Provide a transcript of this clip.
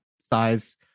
size